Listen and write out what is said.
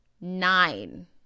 Nine